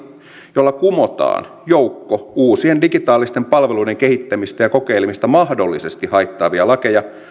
jolla kumotaan joukko uusien digitaalisten palveluiden kehittämistä ja kokeilemista mahdollisesti haittaavia lakeja